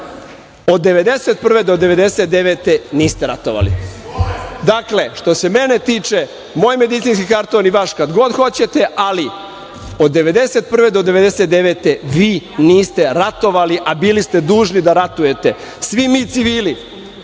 Od 1991. do 1999. godine niste ratovali. Dakle, što se mene tiče, moj medicinski karton i vaš, kad god hoćete, ali od 1991. do 1999. godine vi niste ratovali, a bili ste dužni da ratujete. Svi mi civili,